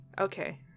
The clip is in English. Okay